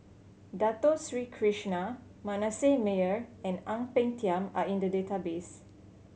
Dato Sri Krishna Manasseh Meyer and Ang Peng Tiam are in the database